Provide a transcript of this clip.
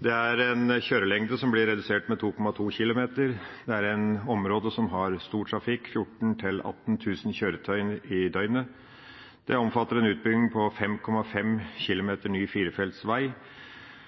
Det er en kjørelengde som blir redusert med 2,2 km. Det er et område som har stor trafikk, 14 000–18 000 kjøretøy i døgnet. Det omfatter en utbygging på 5,5 km ny firefeltsvei,